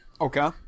Okay